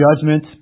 judgment